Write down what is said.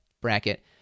bracket